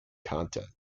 content